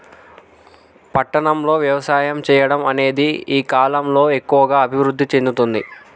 పట్టణం లో వ్యవసాయం చెయ్యడం అనేది ఈ కలం లో ఎక్కువుగా అభివృద్ధి చెందుతుంది